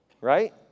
right